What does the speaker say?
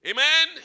Amen